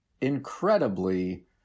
incredibly